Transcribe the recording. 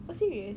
oh serious